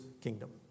kingdom